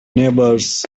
neighbors